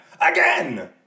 Again